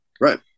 Right